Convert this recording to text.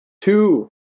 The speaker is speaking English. Two